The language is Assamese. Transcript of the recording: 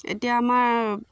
এতিয়া আমাৰ